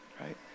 right